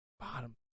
bottom